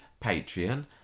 patreon